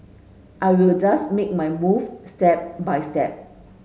I will just make my move step by step